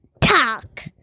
Talk